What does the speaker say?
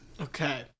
Okay